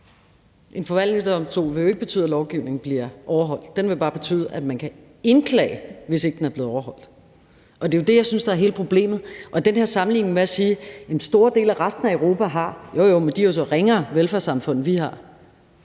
En forvaltningsdomstol vil jo ikke betyde, at lovgivningen bliver overholdt. Den vil bare betyde, at man kan indklage det, hvis ikke den er blevet overholdt, og det er jo det, jeg synes er hele problemet. Til den her sammenligning, hvor man siger, at store dele af resten af Europa har det, vil jeg sige: Jo, jo, men de har jo så ringere velfærdssamfund, end vi har.